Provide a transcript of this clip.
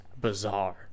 bizarre